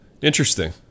interesting